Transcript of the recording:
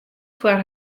foar